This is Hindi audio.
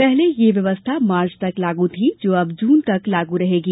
पहले यह व्यवस्था मार्च तक लागू थी जो अब जून तक लागू रहेगी